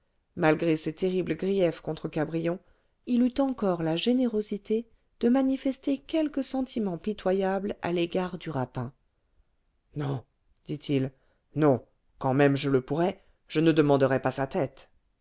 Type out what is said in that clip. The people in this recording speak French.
malgré ses terribles griefs contre cabrion il eut encore la générosité de manifester quelques sentiments pitoyables à l'égard du rapin non dit-il non quand même je le pourrais je ne demanderais pas sa tête